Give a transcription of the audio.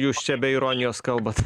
jūs čia be ironijos kalbat